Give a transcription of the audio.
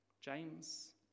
James